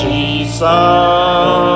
Jesus